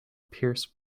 pierce